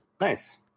Nice